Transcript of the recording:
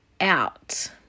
out